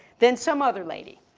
than some other lady.